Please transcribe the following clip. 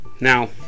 Now